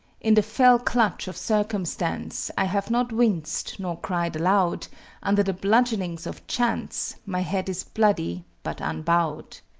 in the fell clutch of circumstance i have not winced nor cried aloud under the bludgeonings of chance my head is bloody, but unbowed.